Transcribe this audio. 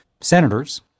senators